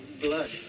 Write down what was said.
Blood